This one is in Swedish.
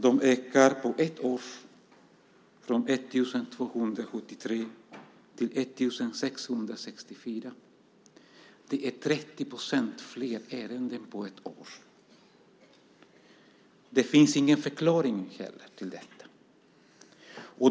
De ökade under ett år från 1 273 till 1 664. Det är 30 % fler ärenden på ett år. Det finns inte heller någon förklaring till detta.